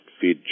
feed